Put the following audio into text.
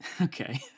Okay